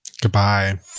Goodbye